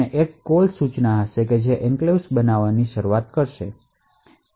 એક ECREATE call સૂચના હશે જે એન્ક્લેવ્સ બનાવટની શરૂઆત કરશે